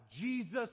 Jesus